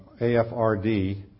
AFRD